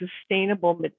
sustainable